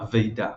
הוועידה